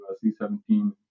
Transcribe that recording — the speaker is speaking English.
C-17